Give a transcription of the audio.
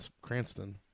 Cranston